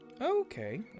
Okay